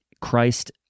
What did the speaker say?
Christ